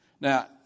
Now